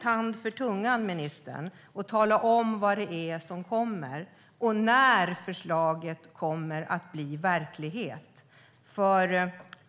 Tala nu om, ministern, vad det kommande förslaget innebär! När kommer förslaget att bli verklighet?